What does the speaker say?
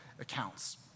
accounts